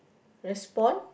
respond